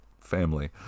family